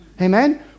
Amen